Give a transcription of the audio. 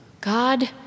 God